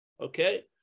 okay